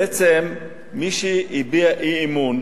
בעצם מי שהביע אי-אמון